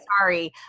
sorry